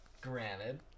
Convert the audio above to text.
granted